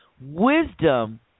Wisdom